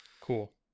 Cool